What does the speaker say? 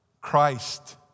Christ